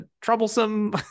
troublesome